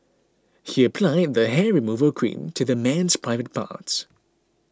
he applied the hair removal cream to the man's private parts